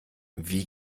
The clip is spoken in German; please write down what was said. wie